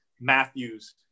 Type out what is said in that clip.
Matthews